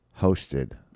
hosted